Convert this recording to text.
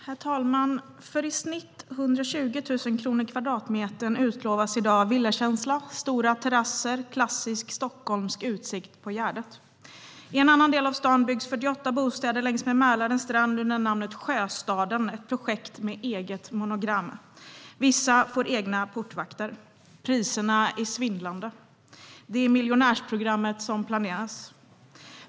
Herr talman! För i snitt 120 000 kronor kvadratmetern utlovas i dag villakänsla, stora terrasser och klassisk stockholmsk utsikt på Gärdet. I en annan del av staden byggs 48 bostäder längs med Mälarens strand under namnet Sjöstaden, ett projekt med eget monogram. Vissa får egna portvakter. Priserna är svindlande. Det är miljonärsprogrammet som planeras.